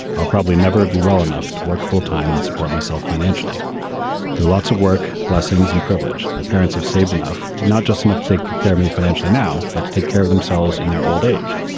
i'll probably never be well enough to work full time and support myself financially through lots of work. blessings and privilege. my parents have saved enough, not just enough to take care of me financially now, but to take care of themselves in their old age.